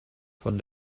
von